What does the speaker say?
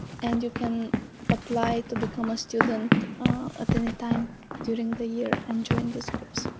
and you can apply to become a student at any time during the year and join these groups